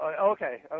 okay